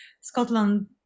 Scotland